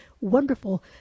wonderful